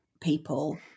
people